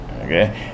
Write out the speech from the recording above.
Okay